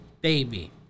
baby